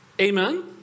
Amen